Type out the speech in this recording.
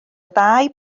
ddau